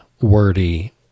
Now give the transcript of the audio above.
wordy